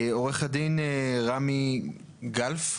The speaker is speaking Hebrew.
עורך הדין רמי גלאם?